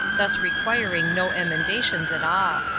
thus requiring no emendations at all.